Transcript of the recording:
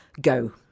Go